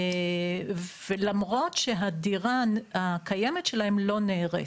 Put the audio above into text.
ולמרות שהדירה הקיימת שלהם לא נהרסת.